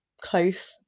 close